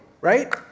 right